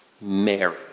Mary